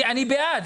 אני בעד.